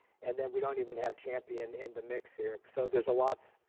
and then we don't even have champion in the mix here. so there's a lots,